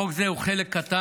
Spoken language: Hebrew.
חוק זה הוא חלק קטן